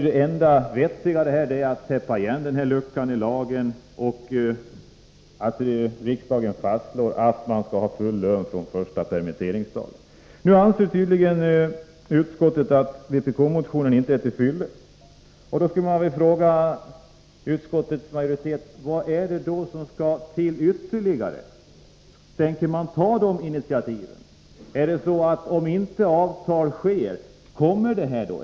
Det enda vettiga här är därför att man täpper till denna lucka i lagen och att riksdagen fastslår att full lön skall utgå från första permitteringsdagen. Utskottet anser tydligen att vpk-motionen inte är till fyllest. Jag vill därför fråga utskottets majoritet: Vad är det som skall till ytterligare? Tänker man ta de initiativen? Om inte parterna träffar något avtal, kommer det då ett förslag?